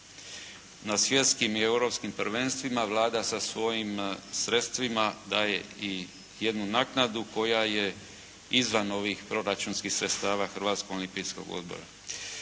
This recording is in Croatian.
na svjetskim i europskim prvenstvima, Vlada sa svojim sredstvima daje i jednu naknadu koja je izvan ovih proračunskih sredstava Hrvatskog olimpijskog odbora.